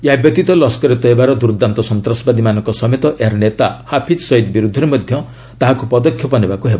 ଏହା ବ୍ୟତୀତ ଲସ୍କରେ ତୋଇବାର ଦୁର୍ଦ୍ଦାନ୍ତ ସନ୍ତାସବାଦୀମାନଙ୍କ ସମେତ ଏହାର ନେତା ହାଫିଜ୍ ସଇଦ୍ ବିରୁଦ୍ଧରେ ମଧ୍ୟ ତାହାକୁ ପଦକ୍ଷେପ ନେବାକୁ ହେବ